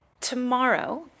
tomorrow